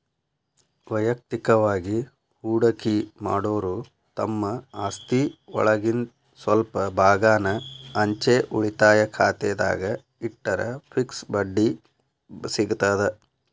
ವಯಕ್ತಿಕವಾಗಿ ಹೂಡಕಿ ಮಾಡೋರು ತಮ್ಮ ಆಸ್ತಿಒಳಗಿಂದ್ ಸ್ವಲ್ಪ ಭಾಗಾನ ಅಂಚೆ ಉಳಿತಾಯ ಖಾತೆದಾಗ ಇಟ್ಟರ ಫಿಕ್ಸ್ ಬಡ್ಡಿ ಸಿಗತದ